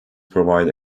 provide